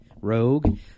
rogue